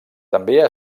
també